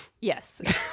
Yes